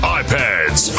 iPads